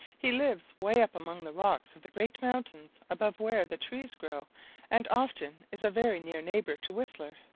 he lives way up among the rocks of the great mountains above where the trees grow and often is a very near neighbor to whistler.